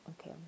Okay